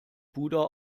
puder